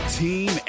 team